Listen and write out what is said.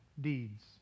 deeds